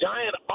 Giant